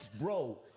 Bro